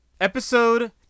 Episode